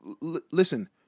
listen